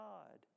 God